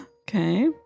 Okay